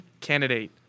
candidate